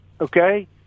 okay